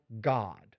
God